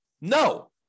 No